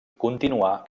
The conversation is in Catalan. continuà